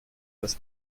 das